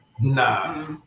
nah